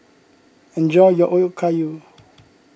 enjoy your Okayu